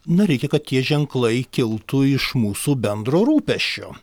na reikia kad tie ženklai kiltų iš mūsų bendro rūpesčio